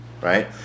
right